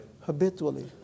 Habitually